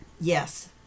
Yes